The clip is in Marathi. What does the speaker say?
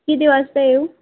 किती वाजता येऊ